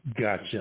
Gotcha